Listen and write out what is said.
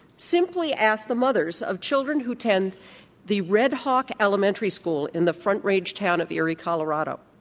simply ask the mothers of children who attend the red hawk elementary school in the front range town of eerie, colorado.